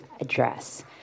address